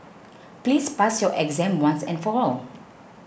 please pass your exam once and for all